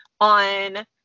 on